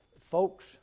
folks